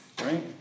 Right